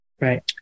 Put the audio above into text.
Right